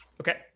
Okay